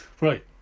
Right